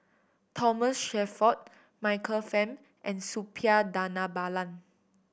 Thomas Shelford Michael Fam and Suppiah Dhanabalan